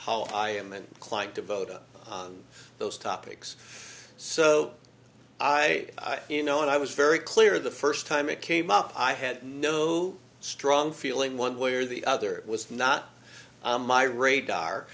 hollow i am and clung to vote on those topics so i you know and i was very clear the first time it came up i had no strong feeling one way or the other was not my radar